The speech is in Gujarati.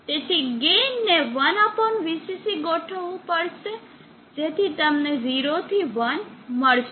તેથી ગેઇન ને 1 VCC ગોઠવવું પડશે જેથી તમને 0 થી 1 મળશે